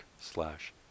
slash